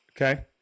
Okay